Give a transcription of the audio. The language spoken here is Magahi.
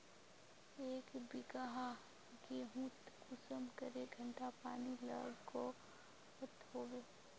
एक बिगहा गेँहूत कुंसम करे घंटा पानी लागोहो होबे?